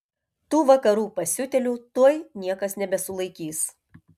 tų vakarų pasiutėlių tuoj niekas nebesulaikys